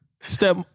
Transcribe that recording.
Step